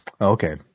Okay